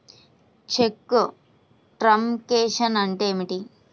చెక్కు truncation అంటే ఏమిటి?